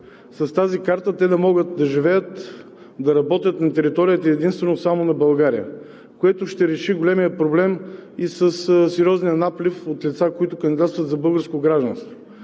с тази карта те да могат да живеят, да работят на територията единствено и само на България, което ще реши големия проблем и със сериозния наплив от лица, които кандидатстват за българско гражданство.